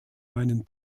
meinen